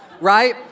right